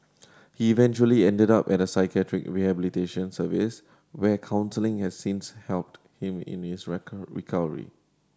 he eventually ended up at a psychiatric rehabilitation service where counselling has since helped him in his recovery